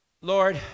Lord